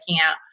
out